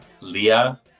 leah